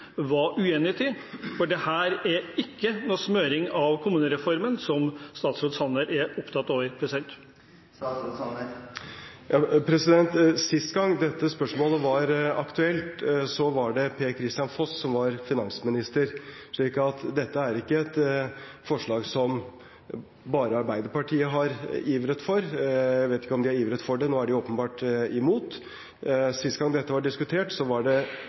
var uenig i? For dette er ikke noen smøring av kommunereformen, som statsråd Sanner er opptatt av. Sist gang dette spørsmålet var aktuelt, var det Per-Kristian Foss som var finansminister, så dette er ikke et forslag som bare Arbeiderpartiet har ivret for – jeg vet ikke om de har ivret for det, nå er de åpenbart imot. Sist gang dette ble diskutert, var det